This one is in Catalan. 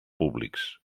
públics